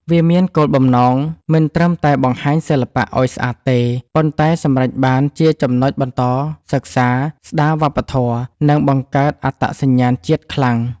វាមានគោលបំណងមិនត្រឹមតែបង្ហាញសិល្បៈឲ្យស្អាតទេ ប៉ុន្តែសម្រេចបានជាចំណុចបន្តសិក្សា ស្តារវប្បធម៌ និងបង្កើតអត្តសញ្ញាណជាតិខ្លាំង។